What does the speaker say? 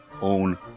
own